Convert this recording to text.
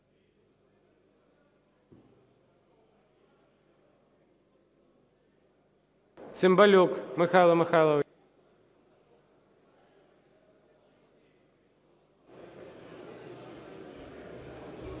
Цимбалюк Михайло Михайлович.